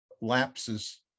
lapses